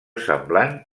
semblant